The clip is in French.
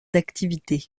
d’activité